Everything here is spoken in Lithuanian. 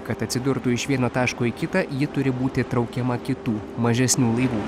kad atsidurtų iš vieno taško į kitą ji turi būti traukiama kitų mažesnių laivų